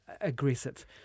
aggressive